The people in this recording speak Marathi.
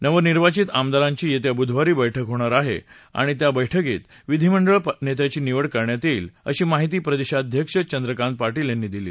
नवनिर्वाचित आमदारांची येत्या बुधवारी बठक होणार आहे आणि त्या बैठकीत विधिमंडळ नेत्याची निवड करण्यात येईल अशी माहिती प्रदेशाध्यक्ष चंद्रकांत पाटील यांनी दिली